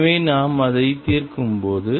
எனவே நாம் அதை தீர்க்கும்போது